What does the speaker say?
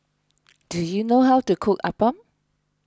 do you know how to cook Appam